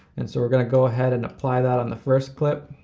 and so we're gonna go ahead and apply that on the first clip.